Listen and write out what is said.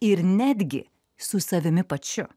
ir netgi su savimi pačiu